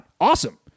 awesome